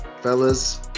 Fellas